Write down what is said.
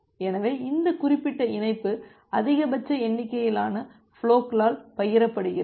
எனவே இந்த குறிப்பிட்ட இணைப்பு அதிகபட்ச எண்ணிக்கையிலான ஃபுலோகளால் பகிரப்படுகிறது